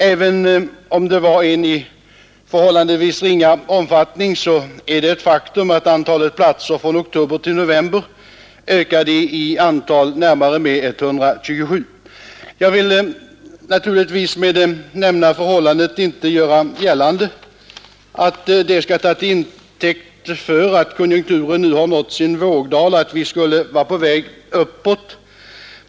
Även om det var en förhållandevis ringa efterfrågan på arbetskraft är det ett faktum att antalet obesatta platser från oktober till november ökade i antal med närmare bestämt 127 stycken. Jag vill naturligtvis inte göra gällande att de nu nämnda förhållandena skall tas till intäkt för att konjunkturen har nått sin vågdal och att vi nu skulle vara på väg uppåt.